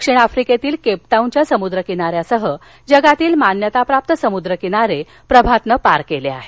दक्षिण आफ्रिकेतील केपटाऊनच्या समुद्र किनाऱ्यासह जगातील मान्यताप्राप्त समुद्र किनारे प्रभातने पार केले आहेत